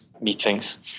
meetings